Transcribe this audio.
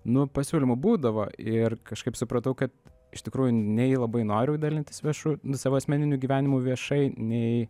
nu pasiūlymų būdavo ir kažkaip supratau kad iš tikrųjų nei labai noriu dalintis viešu savo asmeniniu gyvenimu viešai nei